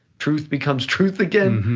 truth becomes truth, again,